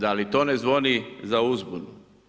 Da li to ne zvoni za uzbunu?